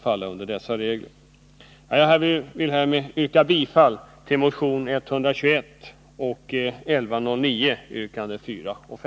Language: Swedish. Jag ber härmed att få yrka bifall till motionerna 1980 80:1109, yrkandena 4 och 5.